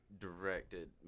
directed